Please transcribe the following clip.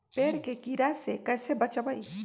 पेड़ के कीड़ा से कैसे बचबई?